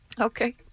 Okay